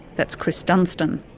that's chris dunstan.